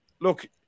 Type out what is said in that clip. Look